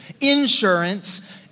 Insurance